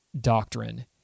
doctrine